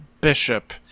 Bishop